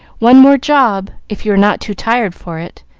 one more job, if you are not too tired for it.